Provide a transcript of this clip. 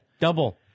double